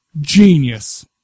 genius